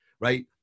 right